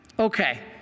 Okay